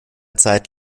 zeit